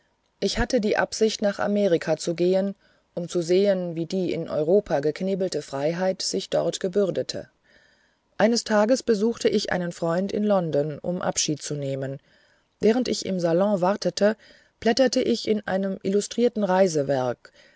ich hatte die absicht nach amerika zu gehen um zu sehen wie die in europa geknebelte freiheit sich dort gebürdete eines tages besuchte ich einen freund in london um abschied zu nehmen während ich im salon wartete blätterte ich in einem illustrierten